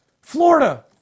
Florida